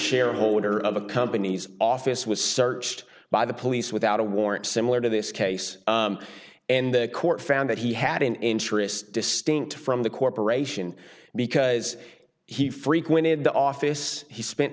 shareholder of a company's office was searched by the police without a warrant similar to this case and the court found that he had an interest distinct from the corporation because he frequented the office he spent